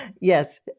Yes